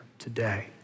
today